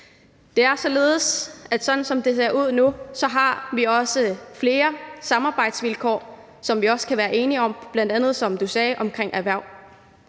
Det er således, at sådan som det ser ud nu, har vi også flere samarbejdsvilkår, som vi kan være enige om, bl.a. om erhverv, som du sagde. Det er